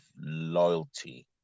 loyalty